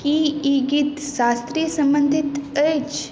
की ई गीत शास्त्रीय सम्बन्धित अछि